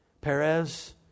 Perez